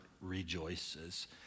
rejoices